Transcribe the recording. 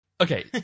Okay